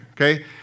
okay